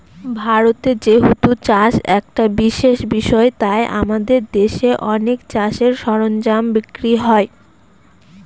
ভারতে যেহেতু চাষ একটা বিশেষ বিষয় তাই আমাদের দেশে অনেক চাষের সরঞ্জাম বিক্রি হয়